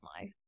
life